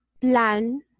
plan